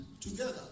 together